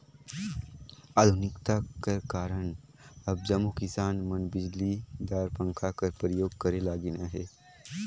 आधुनिकता कर कारन अब जम्मो किसान मन बिजलीदार पंखा कर परियोग करे लगिन अहे